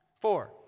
Four